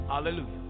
Hallelujah